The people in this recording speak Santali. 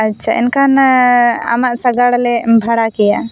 ᱟᱪᱪᱷᱟ ᱮᱱᱠᱷᱟᱱ ᱟᱢᱟᱜ ᱥᱟᱜᱟᱲ ᱞᱮ ᱵᱷᱟᱲᱟ ᱠᱮᱭᱟ